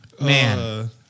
Man